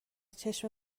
چشم